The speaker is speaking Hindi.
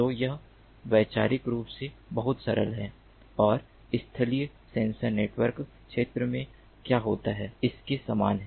तो यह वैचारिक रूप से बहुत सरल है और स्थलीय सेंसर नेटवर्क क्षेत्र में क्या होता है इसके समान है